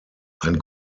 ein